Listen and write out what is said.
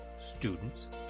students